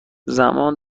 زمان